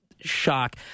Shock